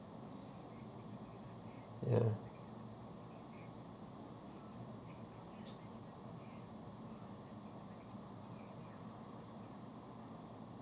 ya